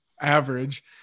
Average